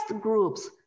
groups